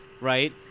Right